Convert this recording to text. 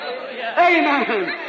Amen